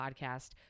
podcast